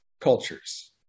cultures